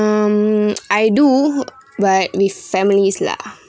um I do but with families lah